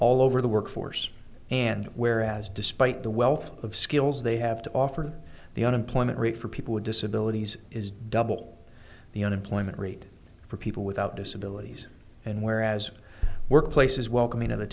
all over the workforce and where as despite the wealth of skills they have to offer the unemployment rate for people with disabilities is double the unemployment rate for people without disabilities and where as workplace is welcoming of the